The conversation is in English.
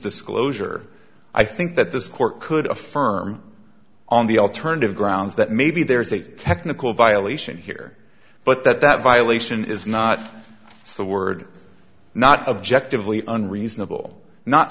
disclosure i think that this court could affirm on the alternative grounds that maybe there is a technical violation here but that that violation is not the word not objectively unreasonable not